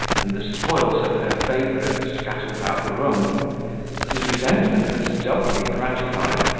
and the spoils of her favourite scattered about the room but his resentment was doubly gratified,